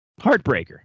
heartbreaker